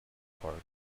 park